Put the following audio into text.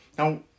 Now